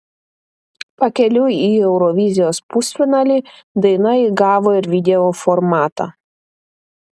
pakeliui į eurovizijos pusfinalį daina įgavo ir video formatą